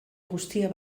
guztia